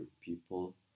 people